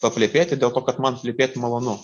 paplepėti dėl to kad man plepėti malonu